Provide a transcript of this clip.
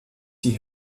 die